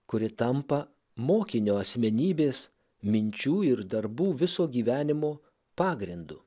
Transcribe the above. kuri tampa mokinio asmenybės minčių ir darbų viso gyvenimo pagrindu